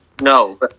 No